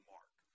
Mark